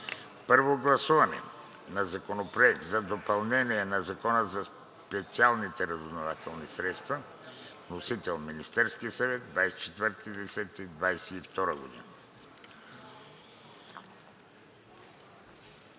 Първо гласуване на Законопроекта за допълнение на Закона за специалните разузнавателни средства. Вносител – Министерският съвет, 24 октомври